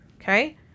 Okay